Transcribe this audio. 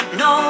no